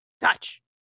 touch